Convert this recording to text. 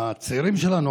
הצעירים שלנו,